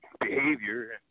behavior